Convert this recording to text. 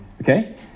Okay